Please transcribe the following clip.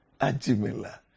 Ajimela